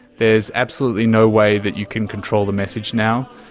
there's absolutely no way that you can control the message now,